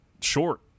short